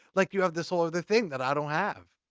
like you have this whole other thing that i don't have.